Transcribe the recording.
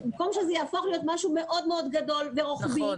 לפני שזה יהפוך למשהו מאוד מאוד גדול ורוחבי,